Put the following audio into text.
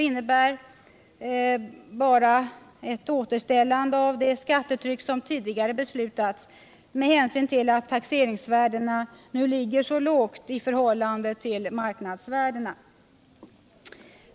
innebär bara ett återställande av det skattetryck som tidigare beslutats, med hänsyn till att taxeringsvärdena nu ligger så lågt i förhållande till marknadsvärdena.